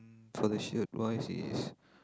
for the shirt wise it's